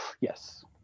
yes